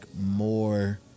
more